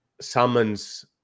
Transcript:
summons